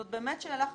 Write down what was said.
זאת באמת שאלה חשובה.